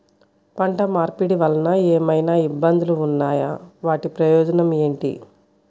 పంట మార్పిడి వలన ఏమయినా ఇబ్బందులు ఉన్నాయా వాటి ప్రయోజనం ఏంటి?